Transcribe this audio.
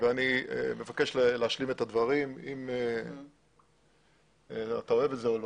ואני מבקש להשלים את הדברים אם אתה אוהב אותם או לא.